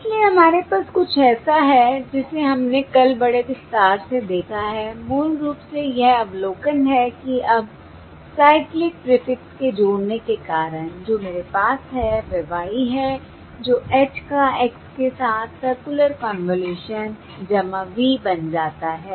इसलिए हमारे पास कुछ ऐसा है जिसे हमने कल बड़े विस्तार से देखा है मूल रूप से यह अवलोकन है कि अब साइक्लिक प्रीफिक्स के जोड़ने के कारण जो मेरे पास है वह y है जो h का x के साथ सर्कुलर कन्वॉल्यूशन v बन जाता है